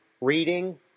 reading